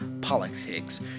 politics